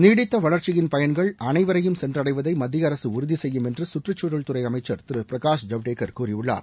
நீடித்த வளர்ச்சியின் பயன்கள் அனைவரையும் சென்றடைவதை மத்திய அரசு உறுதி செய்யும் என்று சுற்றுச்சூழல்துறை அமைச்சர் திரு பிரகாஷ் ஜவடேகர் கூறியுள்ளார்